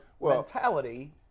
mentality